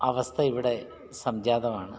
അവസ്ഥ ഇവിടെ സംജാതമാണ്